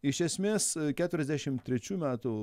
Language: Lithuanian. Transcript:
iš esmės keturiasdešim trečių metų